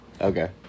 Okay